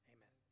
Amen